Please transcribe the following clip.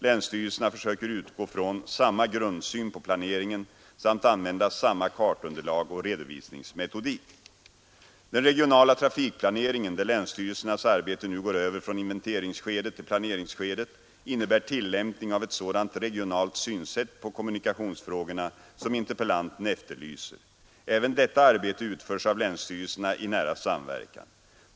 Länsstyrelserna försöker utgå från samma grundsyn på planeringen samt använda samma kartunderlag och redovisningsmetodik. Den regionala trafikplaneringen, där länsstyrelsernas arbete nu går över från inventeringsskedet till planeringsskedet, innebär tillämpning av ett sådant regionalt synsätt på kommunikationsfrågorna som interpellanten efterlyser. Även detta arbete utförs av länsstyrelserna i nära samverkan.